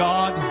God